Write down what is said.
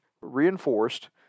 reinforced